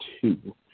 two